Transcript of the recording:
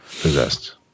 possessed